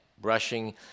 brushing